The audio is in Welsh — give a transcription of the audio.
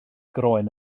groen